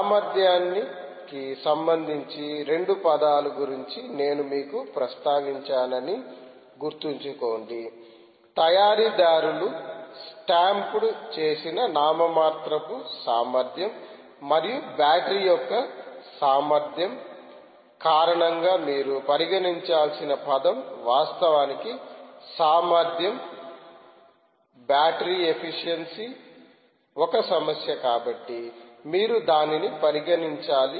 సామర్థ్యానికి సంబంధించి రెండు పదాల గురించి నేను మీకు ప్రస్తావించానని గుర్తుంచుకోండి తయారీదారులు స్టాంప్డ్ చేసిన నామమాత్ర సామర్థ్యం మరియు బ్యాటరీ యొక్క సామర్థ్యం కారణంగా మీరు పరిగణించాల్సిన పదం వాస్తవనికి సామర్థ్యం బ్యాటరీ ఎఫిషియన్సీ ఒక సమస్య కాబట్టి మీరు దానిని పరిగణించాలి